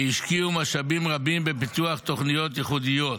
והושקעו משאבים רבים בפיתוח תוכניות ייחודיות,